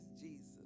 Jesus